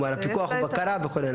כלומר הפיקוח ובקרה וכו'.